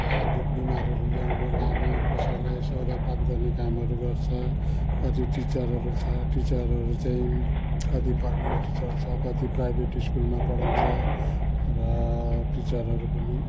दुःख बिमारीहरू ल्याउने लाने कसैलाई सौदापात गर्ने कामहरू गर्छ कति टिचरहरू छ टिचरहरू चाहिँ कति पर्मनेन्ट टिचर छ कति प्राइभेट स्कुलमा पढाउँछ र टिचरहरू पनि